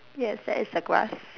yes that is the grass